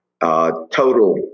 total